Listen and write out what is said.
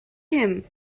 him